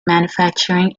manufacturing